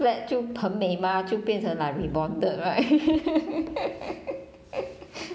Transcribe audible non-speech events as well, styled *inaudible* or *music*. flat 就喷美 mah 就变成 like rebonded right *laughs*